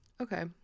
Okay